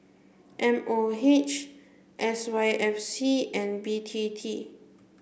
M O H S Y F C and B T T